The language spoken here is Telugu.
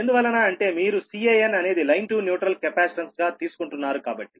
ఎందువలన అంటే మీరు Canఅనేది లైన్ టు న్యూట్రల్ కెపాసిటెన్స్ గా తీసుకుంటున్నారు కాబట్టి